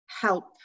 help